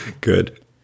good